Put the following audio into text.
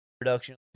production